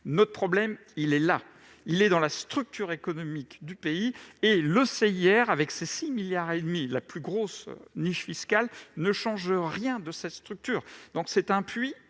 Notre problème est là : il réside dans la structure économique du pays. Le CIR, avec ses 6,5 milliards d'euros- la plus grosse niche fiscale -, ne change rien à cette structure. Il est un puits